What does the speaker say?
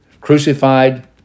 crucified